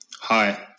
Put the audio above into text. Hi